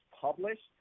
published